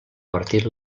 partit